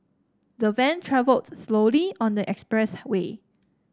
the van travelled slowly on the express way